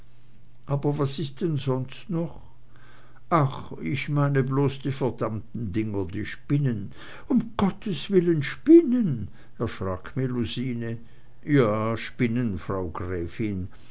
aber was ist denn sonst noch ach ich meine bloß die verdammten dinger die spinnen um gottes willen spinnen erschrak melusine ja spinnen frau gräfin